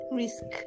risk